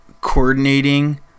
coordinating